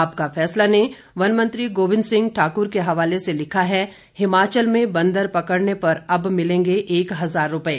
आपका फैसला ने वन मंत्री गोविंद सिंह ठाकुर के हवाले से लिखा है हिमाचल में बंदर पकड़ने पर अब मिलेंगे एक हजार रूपये